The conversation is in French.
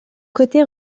côté